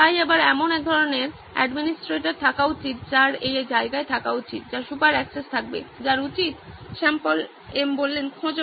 তাই আবার এমন এক ধরনের অ্যাডমিনিস্ট্রেটর থাকা উচিত যার এই জায়গায় থাকা উচিত যার সুপার অ্যাক্সেস থাকবে যার উচিত শ্যাম পল এম খোঁজো